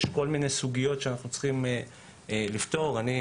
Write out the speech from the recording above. יש כל מיני סוגיות שאנחנו צריכים לפתור ואני,